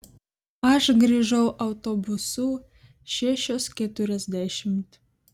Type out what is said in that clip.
aš grįžau autobusu šešios keturiasdešimt